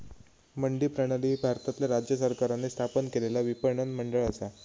मंडी प्रणाली ही भारतातल्या राज्य सरकारांनी स्थापन केलेला विपणन मंडळ असा